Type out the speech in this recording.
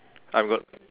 I'm go~